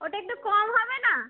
ওটা একটু কম হবে না